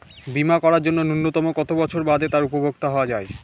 বীমা করার জন্য ন্যুনতম কত বছর বাদে তার উপভোক্তা হওয়া য়ায়?